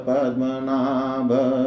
Padmanabha